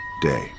day